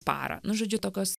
parą nu žodžiu tokios